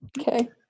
okay